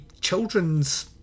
children's